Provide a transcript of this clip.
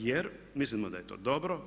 Jer mislimo da je to dobro.